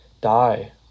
die